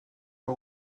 par